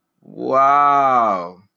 Wow